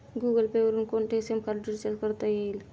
Google Pay वरुन कोणतेही SIM card recharge करता येईल